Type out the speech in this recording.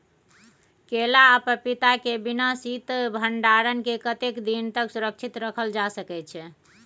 केला आ पपीता के बिना शीत भंडारण के कतेक दिन तक सुरक्षित रखल जा सकै छै?